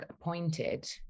appointed